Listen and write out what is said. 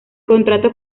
contrato